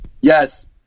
Yes